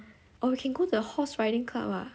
or we can go to the horse riding club ah